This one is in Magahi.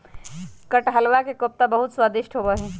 कटहलवा के कोफ्ता बहुत स्वादिष्ट होबा हई